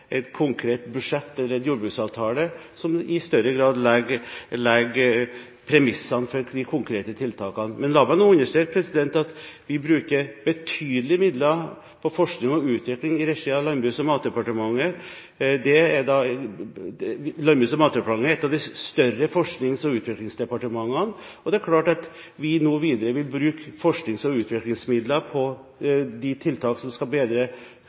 et konkret budsjett eller en jordbruksavtale som i større grad legger premissene for de konkrete tiltakene. La meg få understreke at vi bruker betydelige midler på forskning og utvikling i regi av Landbruks- og matdepartementet. Landbruks- og matdepartementet er et av de større forsknings- og utviklingsdepartementene, og det er klart at vi nå videre vil bruke forsknings- og utviklingsmidler på de tiltak som skal bedre